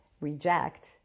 reject